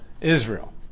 Israel